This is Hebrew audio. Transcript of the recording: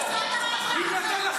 מלקו, בבקשה.